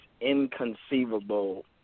inconceivable